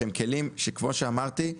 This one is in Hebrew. שהם כלים שכמו שאמרתי הם